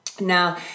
now